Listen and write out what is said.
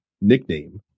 nickname